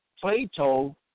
Plato